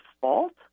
fault